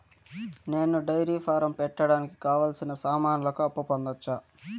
నేను dairy farm పెట్టడానికి కావాల్సిన సామాన్లకు అప్పు పొందొచ్చా?